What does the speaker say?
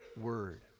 word